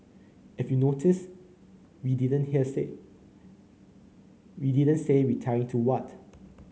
if you notice we didn't hear say we didn't say 'retiring' to what